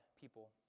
people